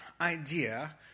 idea